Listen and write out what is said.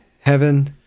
heaven